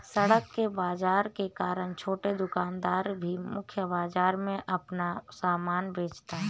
सड़क के बाजार के कारण छोटे दुकानदार भी मुख्य बाजार में अपना सामान बेचता है